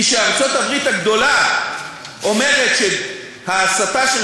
כי כשארצות-הברית הגדולה אומרת שההסתה של